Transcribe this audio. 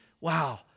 Wow